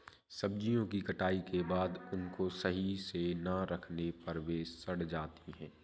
सब्जियों की कटाई के बाद उनको सही से ना रखने पर वे सड़ जाती हैं